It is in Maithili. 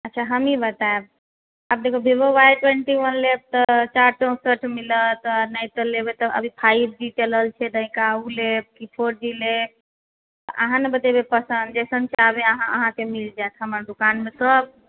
अच्छा हमहीं बतायब आब देखियौ विवो वाई ट्वेन्टी वन लेब तऽ चारि चौंसठ मिलत आ नहि तऽ लेबै तऽ अभी फाइव जी चलल छै नइका ओ लेब कि फोर जी लेब अहाँ ने बतेबै पसन्द जइसन चाहबै अहाँ अहाँके मिल जाएत हमरा दुकान मे सब